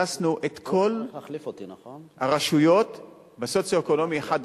הכנסנו את כל הרשויות בסוציו-אקונומי 1 5,